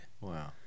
wow